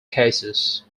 cases